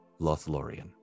Lothlorien